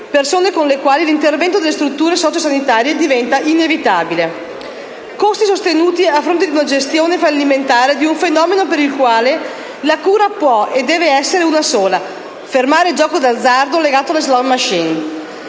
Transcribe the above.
Persone con le quali l'intervento delle strutture socio‑sanitarie diventa inevitabile; sono: costi sostenuti a fronte di una gestione fallimentare di un fenomeno per il quale la cura può e deve essere una sola: fermare il gioco d'azzardo legato alle *slot* *machine*,